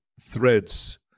threads